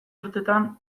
urtetan